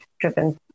driven